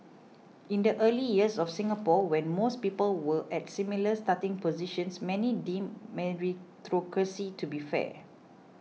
in the early years of Singapore when most people were at similar starting positions many deemed meritocracy to be fair